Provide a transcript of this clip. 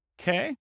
Okay